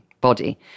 body